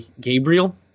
Gabriel